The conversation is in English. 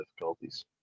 difficulties